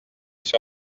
sur